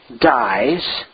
dies